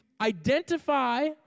identify